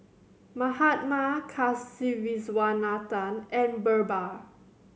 Mahatma Kasiviswanathan and Birbal